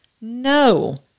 No